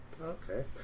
Okay